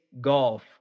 golf